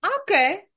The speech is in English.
Okay